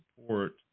support